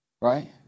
Right